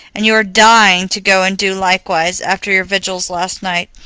and you are dying to go and do likewise, after your vigils last night.